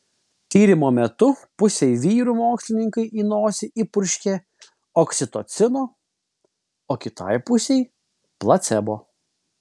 tyrimo metu pusei vyrų mokslininkai į nosį įpurškė oksitocino o kitai pusei placebo